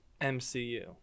MCU